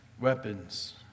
weapons